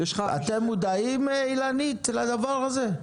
אילנית, אתם מודעים לדבר הזה?